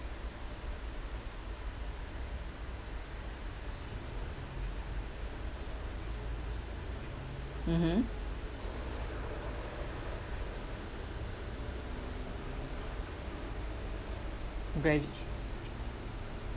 mmhmm gradu~